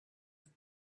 have